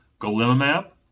golimumab